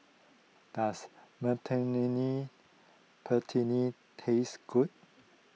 does taste good